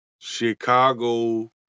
Chicago